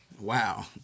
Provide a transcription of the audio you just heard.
Wow